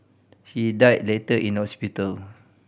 he died later in hospital